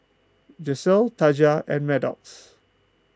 Gisselle Taja and Maddox